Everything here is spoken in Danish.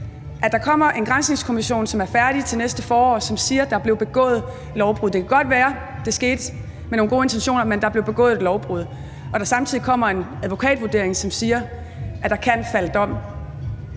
at der kommer en granskningskommission, som er færdig til næste forår, og som siger, at der blev begået lovbrud – det kan godt være, at det skete med nogle gode intentioner, men der blev begået et lovbrud – og der samtidig kommer en advokatvurdering, som siger, at der kan falde dom,